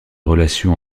relation